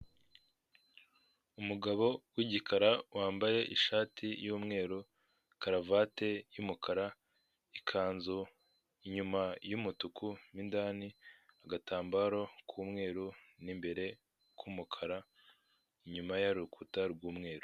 Umugabo w'igikara wambaye ishati y'umweru, karuvati y'umukara, ikanzu inyuma y'umutuku, mo indani agatambaro k'umweru, mo imbere umukara, inyuma y'urukuta rw'umweru.